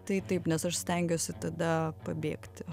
tai taip nes aš stengiuosi tada pabėgti